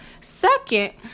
second